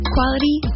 Quality